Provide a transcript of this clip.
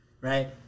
right